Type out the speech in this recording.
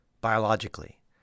biologically